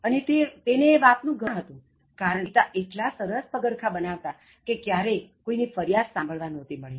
અને તેને એ વાતનું ગૌરવ પણ હતું કારણ તેના પિતા એટલા સરસ પગરખાં બનાવતા કે ક્યારેય કોઇની ફરિયાદ સાંભળવા નહોતી મળી